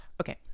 Okay